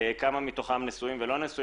כמה מתוכם נשואים או לא נשואים.